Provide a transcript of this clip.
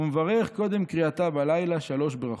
"ומברך קודם קריאתה בלילה שלוש ברכות,